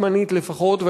זמנית לפחות,